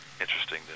interesting